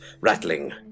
rattling